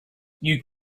you